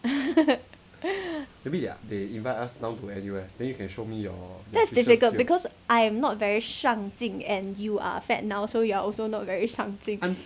that's difficult because I am not very 上镜 and you are fat now so you are also not very 上镜